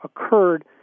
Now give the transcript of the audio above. occurred